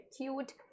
cute